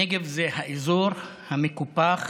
הנגב הוא האזור המקופח